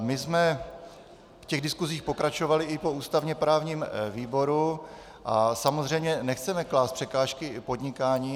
My jsme v těch diskusích pokračovali i po ústavněprávním výboru a samozřejmě nechceme klást překážky podnikání.